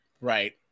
Right